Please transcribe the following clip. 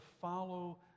follow